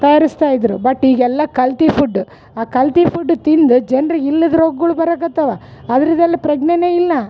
ತಯಾರಿಸ್ತಾಯಿದ್ದರು but ಈಗೆಲ್ಲ ಕಲ್ತು food ಆ ಕಲ್ತು ಫುಡ್ ತಿಂದು ಜನರಿಗೆ ಇಲ್ಲದ ರೋಗಗಳು ಬರಕತ್ತವ ಅದ್ರದ್ದೆಲ್ಲ ಪ್ರಜ್ಞೆನೆ ಇಲ್ಲ